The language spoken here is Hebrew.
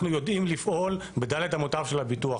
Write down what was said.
אנחנו יודעים לפעול בדל"ת אמותיו של הביטוח,